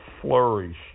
flourish